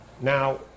Now